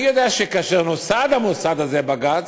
אני יודע שכאשר נוסד המוסד הזה, בג"ץ,